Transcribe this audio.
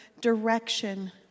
direction